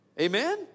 Amen